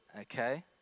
Okay